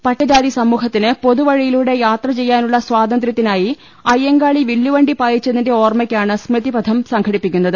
പട്ടികജാതി സമൂഹത്തിന് പൊതുവഴിയിലൂടെ യാത്രചെയ്യാനുള്ള സ്വാതന്ത്ര്യത്തിനായി അയ്യങ്കാളി വില്ലുവണ്ടി പായിച്ചതിന്റെ ഓർമ്മയ്ക്കാണ് സ്മൃതിപഥം സംഘടിപ്പിക്കുന്നത്